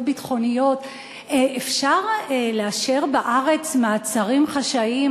ביטחוניות" אפשר לאשר בארץ מעצרים חשאיים?